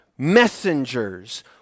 Messengers